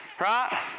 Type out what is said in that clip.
Right